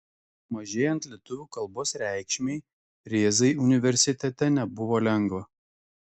mažėjant lietuvių kalbos reikšmei rėzai universitete nebuvo lengva